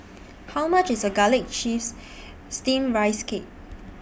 How much IS Garlic Chives Steamed Rice Cake